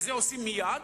ואת זה עושים מייד,